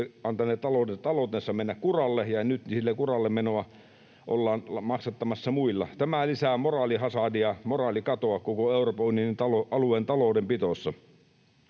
antaneet taloutensa mennä kuralle, ja nyt sitä kuralle menoa ollaan maksattamassa muilla. Tämä lisää moraalihasardia, moraalikatoa koko Euroopan alueen taloudenpidossa.